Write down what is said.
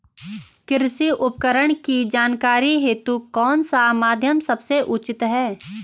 कृषि उपकरण की जानकारी हेतु कौन सा माध्यम सबसे उचित है?